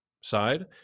side